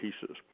pieces